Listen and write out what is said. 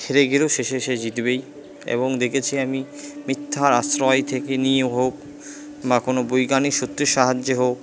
হেরে গেলেও শেষে সে জিতবেই এবং দেখেছি আমি মিথ্যার আশ্রয় থেকে নিয়ে হোক বা কোনো বৈজ্ঞানিক সত্যের সাহায্যে হোক